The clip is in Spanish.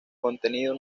contenido